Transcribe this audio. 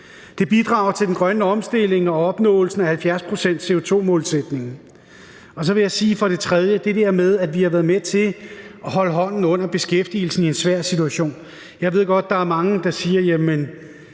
Det bidrager til den grønne omstilling og opnåelsen af 70-procent-CO2-målsætningen. For det tredje har vi været med til at holde hånden under beskæftigelsen i en svær situation. Jeg ved godt, der er mange, der siger: